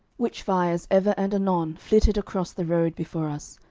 witch-fires ever and anon flitted across the road before us,